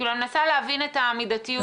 אני מנסה להבין את המידתיות פה.